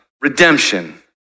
redemption